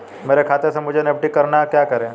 मेरे खाते से मुझे एन.ई.एफ.टी करना है क्या करें?